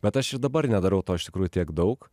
bet aš ir dabar nedarau to iš tikrųjų tiek daug